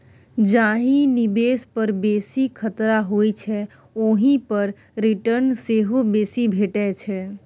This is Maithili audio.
जाहि निबेश पर बेसी खतरा होइ छै ओहि पर रिटर्न सेहो बेसी भेटै छै